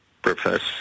profess